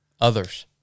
others